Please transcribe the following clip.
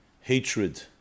hatred